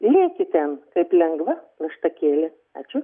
lėki ten kaip lengva plaštakėlė ačiū